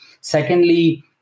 Secondly